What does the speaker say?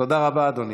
תודה רבה, אדוני.